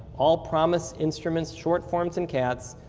all promis instruments, short forms and cats,